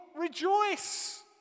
rejoice